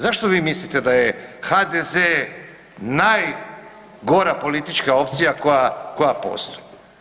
Zašto vi mislite da je HDZ najgora politička opcija koja postoji?